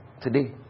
today